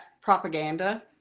propaganda